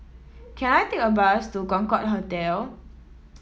can I take a bus to Concorde Hotel